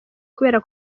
kubera